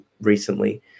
recently